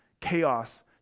chaos